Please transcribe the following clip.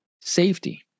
safety